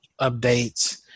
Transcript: updates